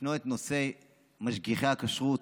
ישנו נושא משגיחי הכשרות.